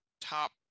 top